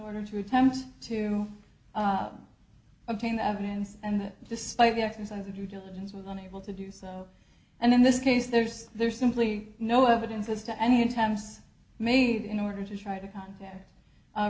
order to attempt to obtain evidence and despite the exercise of due diligence with unable to do so and in this case there's there's simply no evidence as to any attempts made in order to try to contact